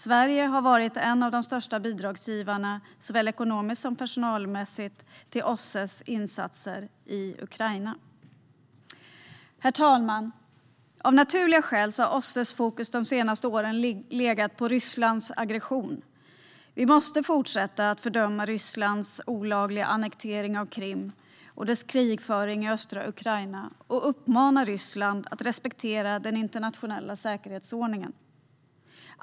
Sverige har varit en av de största bidragsgivarna, såväl ekonomiskt som personalmässigt, till OSSE:s insatser i Ukraina. Herr talman! Av naturliga skäl har OSSE:s fokus de senaste åren legat på Rysslands aggression. Vi måste fortsätta att fördöma Rysslands olagliga annektering av Krim och dess krigföring i östra Ukraina och uppmana Ryssland att respektera den internationella säkerhetsordningen.